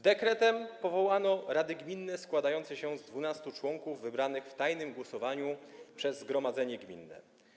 Dekretem powołano rady gminne składające się z 12 członków wybranych w tajnym głosowaniu przez zgromadzenie gminne.